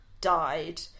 died